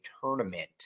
tournament